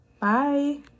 Bye